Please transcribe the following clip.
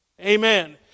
Amen